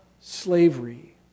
slavery